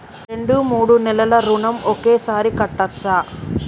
రెండు మూడు నెలల ఋణం ఒకేసారి కట్టచ్చా?